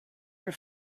your